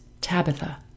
Tabitha